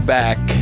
back